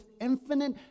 infinite